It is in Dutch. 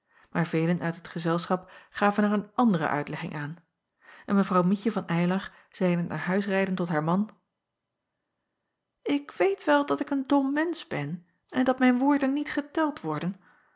maar velen uit het gezelschap gaven er een andere uitlegging aan en evrouw ietje van ylar zeî in t naar huis rijden tot haar man k weet wel dat ik een dom mensch ben en dat mijn woorden niet geteld worden